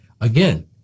again